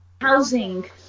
housing